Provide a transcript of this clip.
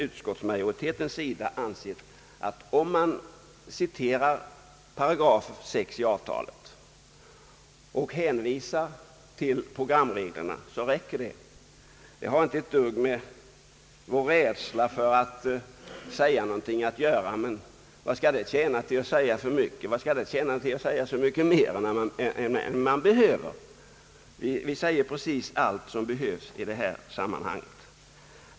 Utskottsmajoriteten anser att det räcker med att citera § 6 i avtalet och hänvisa till programreglerna. Det har inte ett dugg att göra med någon rädsla för att uttrycka sin mening. Vad skall det tjäna till att säga mycket mer än man behöver? Vi säger precis allt som behövs i det här sammanhanget.